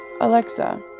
alexa